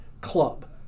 club